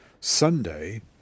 Sunday